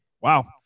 Wow